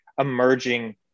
Emerging